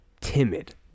Timid